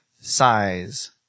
Size